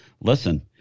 listen